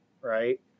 right